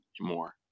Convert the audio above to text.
more